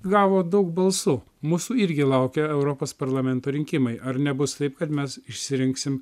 gavo daug balsų mūsų irgi laukia europos parlamento rinkimai ar nebus taip kad mes išsirinksim